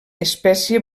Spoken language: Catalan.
espècie